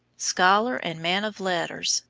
scholar and man of letters,